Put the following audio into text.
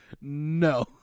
No